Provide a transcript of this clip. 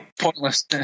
pointless